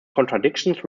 contradictions